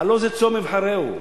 הלוא זה צום אבחרהו,